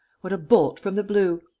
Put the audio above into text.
what a bolt from the blue!